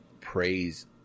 praise